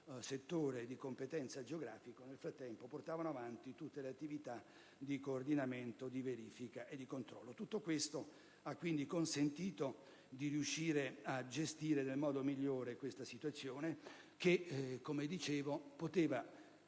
settore di competenza geografico, nel frattempo portavano avanti tutte le attività di coordinamento, di verifica e di controllo. Tutto questo ha consentito di governare nel modo migliore una situazione che poteva